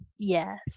Yes